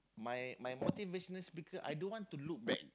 my my motivational speaker I don't want to look back